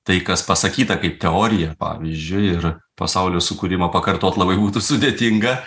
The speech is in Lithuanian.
tai kas pasakyta kaip teorija pavyzdžiui ir pasaulio sukūrimą pakartot labai būtų sudėtinga